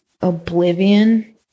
Oblivion